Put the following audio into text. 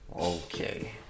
Okay